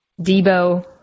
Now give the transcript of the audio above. Debo